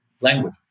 language